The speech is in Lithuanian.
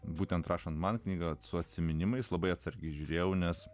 būtent rašant man knyga su atsiminimais labai atsargiai žiūrėjau nes